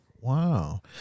Wow